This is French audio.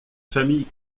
famille